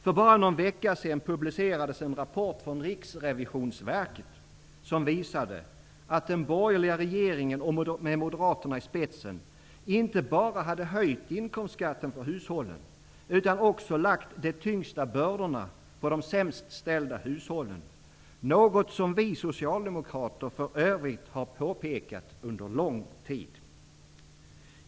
För bara någon vecka sedan publicerades en rapport från Riksrevisionsverket som visade att den borgerliga regeringen, med moderaterna i spetsen, inte bara hade höjt inkomstskatten för hushållen utan också lagt de tyngsta bördorna på de sämst ställda hushållen -- något som vi socialdemokrater för övrigt har påpekat under lång tid.